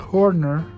Corner